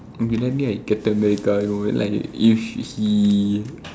okay let me like captain america it would be like if he